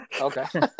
okay